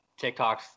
tiktoks